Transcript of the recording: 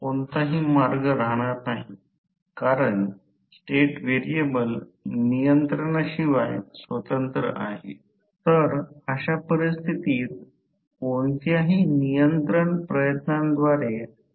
आता व्ही 2 तेथे आहे आणि आय 2 X I 2 पूर्ण भार जे I 2 X I 2 च्या किंमतीची जागा घेते